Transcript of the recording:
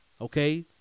okay